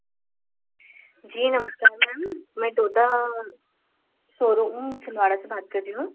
जी नमस्कार मैम मैं डोडा सोरूम छिंदवाड़ा से बात कर रही हूँ